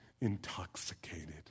intoxicated